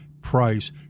price